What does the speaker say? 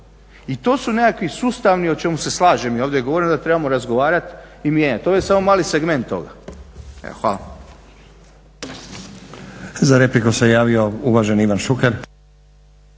I to su nekakvi sustavni o čemu se slažem, i ovdje je govoreno da trebamo razgovarati i mijenjati. Ovo je samo mali segment toga. Evo,